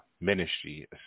ministry